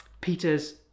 Peter's